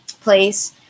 place